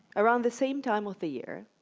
around the same time of the year,